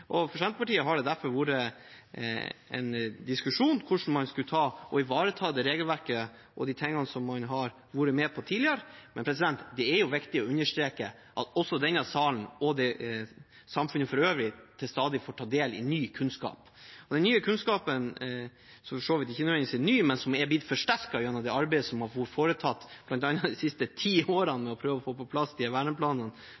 For Senterpartiet har det derfor vært en diskusjon om hvordan man skulle ivareta det regelverket og de tingene som man har vært med på tidligere. Men det er viktig å understreke at også denne salen – og samfunnet for øvrig – stadig får ta del i ny kunnskap. Og den nye kunnskapen – som for så vidt ikke nødvendigvis er ny, men som er blitt forsterket gjennom det arbeidet som har vært foretatt, bl.a. de siste ti årene,